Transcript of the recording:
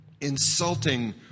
Insulting